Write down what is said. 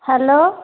hello